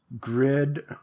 Grid